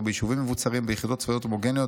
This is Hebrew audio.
לא ביישובים מבוצרים וביחידות צבאיות הומוגניות,